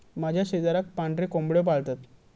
माझ्या शेजाराक पांढरे कोंबड्यो पाळतत